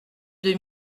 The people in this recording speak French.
deux